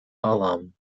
alam